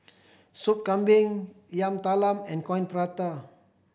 Sup Kambing Yam Talam and Coin Prata